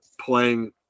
playing